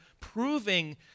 proving